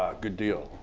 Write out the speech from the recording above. ah good deal.